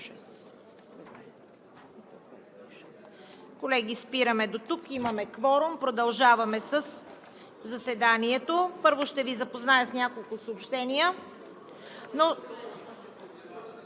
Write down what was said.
Колеги, спираме дотук, имаме кворум. Продължаваме със заседанието. Първо ще Ви запозная с няколко съобщения.